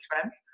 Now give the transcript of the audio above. friends